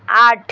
आठ